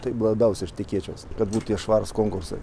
taip labiausiai aš tikėčiaus kad būtų tie švarūs konkursai